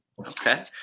Okay